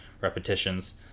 repetitions